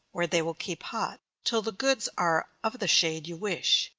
where they will keep hot, till the goods are of the shade you wish.